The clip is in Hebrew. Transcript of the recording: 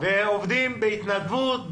ועובדים בהתנדבות,